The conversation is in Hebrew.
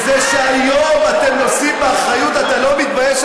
בזה שהיום אתם נושאים באחריות אתה לא מתבייש,